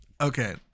okay